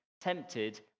tempted